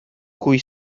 cui